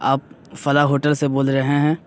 آپ فلاح ہوٹل سے بول رہے ہیں